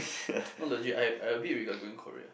no legit I I a bit regret going Korea